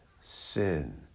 sin